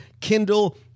Kindle